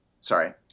sorry